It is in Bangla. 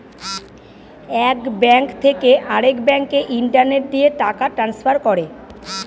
এক ব্যাঙ্ক থেকে আরেক ব্যাঙ্কে ইন্টারনেট দিয়ে টাকা ট্রান্সফার করে